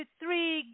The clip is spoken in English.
three